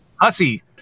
hussy